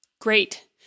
Great